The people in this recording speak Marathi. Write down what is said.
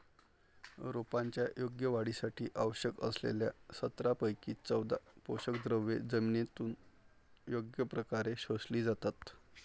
रोपांच्या योग्य वाढीसाठी आवश्यक असलेल्या सतरापैकी चौदा पोषकद्रव्ये जमिनीतून योग्य प्रकारे शोषली जातात